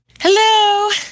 Hello